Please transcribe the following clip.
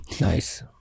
Nice